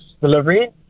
Delivery